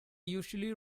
usually